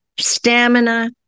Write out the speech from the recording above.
stamina